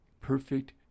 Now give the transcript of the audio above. perfect